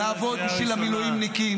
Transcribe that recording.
נעבוד בשביל המילואימניקים,